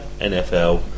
NFL